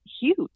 huge